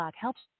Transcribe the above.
helps